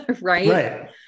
Right